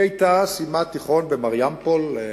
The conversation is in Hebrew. היא סיימה תיכון במריאמפול,